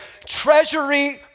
treasury